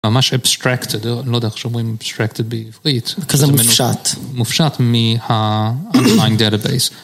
ממש אבסטרקט, אני לא יודע איך שומעים אבסטרקט בעברית בגלל זה מופשט מופשט מה... ה...